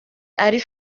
ari